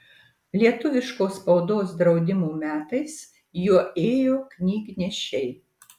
lietuviškos spaudos draudimo metais juo ėjo knygnešiai